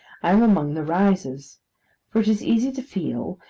i am among the risers for it is easy to feel,